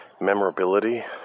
memorability